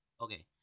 okay